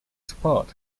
support